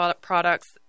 products